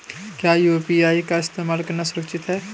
क्या यू.पी.आई का इस्तेमाल करना सुरक्षित है?